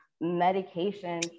medication